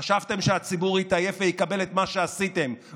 חשבתם שהציבור יתעייף ויקבל את מה שעשיתם,